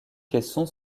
caisson